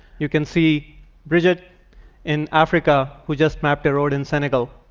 you can see bridget in africa who just mapped a road in senegal.